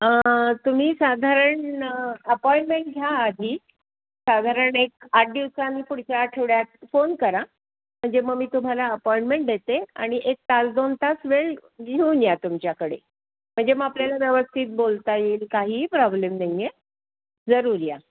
तुम्ही साधारण अपॉइनमेंट घ्या आधी साधारण एक आठ दिवसाने पुढच्या आठवड्यात फोन करा म्हणजे मग मी तुम्हाला अपॉइनमेंट देते आणि एक तास दोन तास वेळ घेऊन या तुमच्याकडे म्हणजे मग आपल्याला व्यवस्थित बोलता येईल काहीही प्रॉब्लेम नाही आहे जरूर या